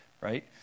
right